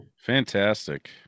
fantastic